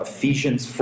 Ephesians